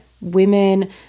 Women